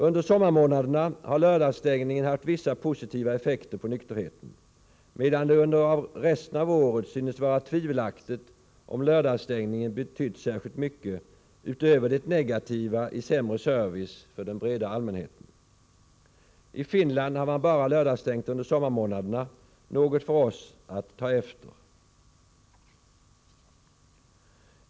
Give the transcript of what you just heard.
Under sommarmånaderna har lördagsstängningen haft vissa positiva effekter på nykterheten, medan det under resten av året synes vara tvivelaktigt om lördagsstängningen betytt särskilt mycket utöver det negativa i sämre service för den breda allmänheten. I Finland har man bara lördagsstängt under sommarmånaderna — något för oss att ta efter.